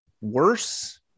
worse